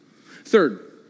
Third